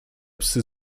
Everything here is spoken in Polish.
psy